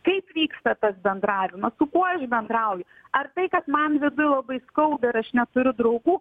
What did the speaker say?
kaip vyksta tas bendravimas su kuo aš bendrauju ar tai kad man viduj labai skauda ir aš neturiu draugų